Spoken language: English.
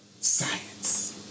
Science